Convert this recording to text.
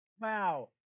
Wow